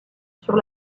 sur